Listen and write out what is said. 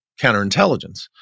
counterintelligence